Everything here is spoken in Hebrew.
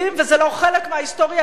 זה לא חלק מההיסטוריה היהודית,